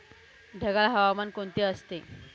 ढगाळ हवामान कोणते असते?